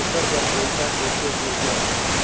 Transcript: ओकर बर पइसा कइसे भेजब?